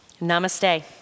Namaste